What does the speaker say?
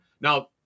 Now